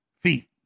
feet